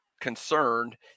concerned